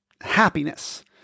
Happiness